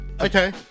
Okay